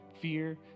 fear